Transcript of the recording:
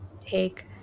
take